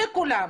לכולם,